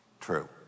true